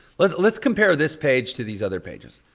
let's let's compare this page to these other pages.